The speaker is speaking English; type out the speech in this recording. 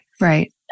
Right